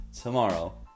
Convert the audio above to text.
tomorrow